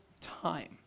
time